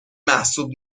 محسوب